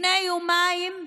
לפני יומיים,